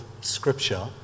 Scripture